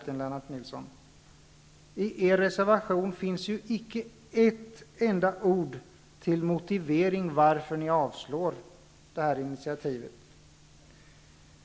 I er reservation finns inte ett enda ord som motiverar varför ni avstyrker initiativet.